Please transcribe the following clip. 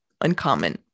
uncommon